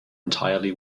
entirely